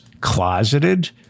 closeted